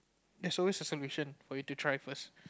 there's always a solution for you to try first